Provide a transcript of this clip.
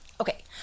okay